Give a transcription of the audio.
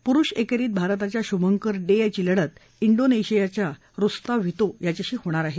पुरुष एकेरीत भारतच्या शुभंकर डे याची लढत ज्ञीनेशियाच्या रुस्ताव्हितो याच्याशी होणार आहे